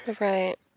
Right